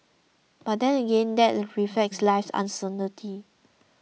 but that again that reflects life's uncertainty